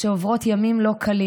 שעוברות ימים לא קלים.